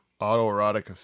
autoerotic